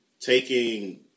taking